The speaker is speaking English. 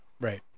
Right